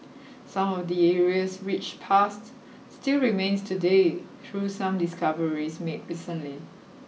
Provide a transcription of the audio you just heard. some of the area's rich past still remains today through some discoveries made recently